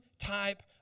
type